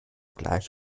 gleich